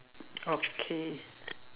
okay